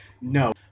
No